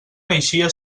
naixia